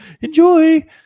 Enjoy